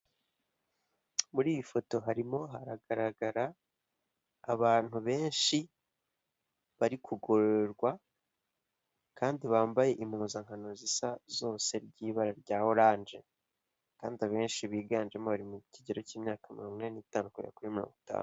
Muri iyi foto harimo hagaragara abantu benshi bari kugororwa kandi bambaye impuzankano zisa zose ry'ibara rya oranje, kandi abenshi biganjemo bari mu kigero k'imyaka mirongo ine n'itanu kugera kuri mirongo itanu.